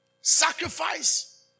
Sacrifice